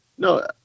No